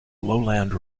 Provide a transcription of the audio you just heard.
lowland